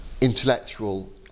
intellectual